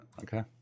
okay